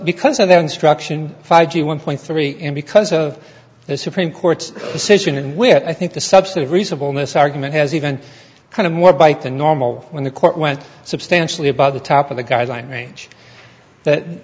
because of the instruction five g one point three because of the supreme court's decision in which i think the subset of reasonable this argument has even kind of more bite the normal when the court went substantially above the top of the guideline range that